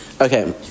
Okay